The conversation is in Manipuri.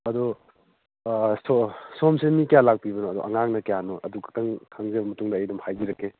ꯑꯗꯨ ꯁꯣꯝ ꯁꯣꯝꯁꯦ ꯃꯤ ꯀꯌꯥ ꯂꯥꯛꯄꯤꯕꯅꯣ ꯑꯗꯣ ꯑꯉꯥꯡꯅ ꯀꯌꯥꯅꯣ ꯑꯗꯨ ꯈꯛꯇꯪ ꯈꯪꯖꯔ ꯃꯇꯨꯡ ꯑꯩ ꯑꯗꯨꯝ ꯍꯥꯏꯖꯔꯛꯀꯦ